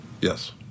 Yes